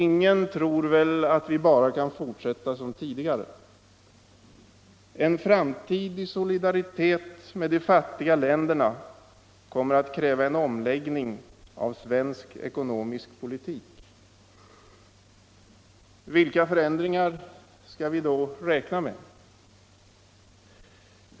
Ingen tror väl att vi bara kan fortsätta som tidigare. En framtid i solidaritet med de fattiga länderna kommer att kräva en omläggning av svensk ekonomisk politik. Vilka förändringar skall vi då räkna med?